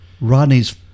Rodney's